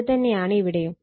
അത് തന്നെയാണ് ഇവിടെയും